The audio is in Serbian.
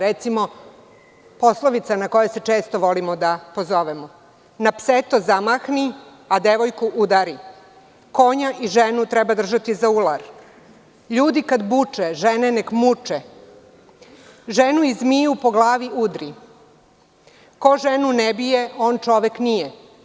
Recimo, poslovice na koje često volimo da se pozovemo: „Na pseto zamahni, a devojku udari“, „Konja i ženu treba držati za ular“, „Ljudi kad buče, žene nek muče“, „Ženu i zmiju po glavi udri“, „Ko ženu ne bije, on čovek nije“